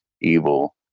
evil